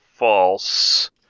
False